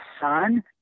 son